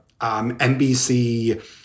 NBC